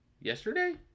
yesterday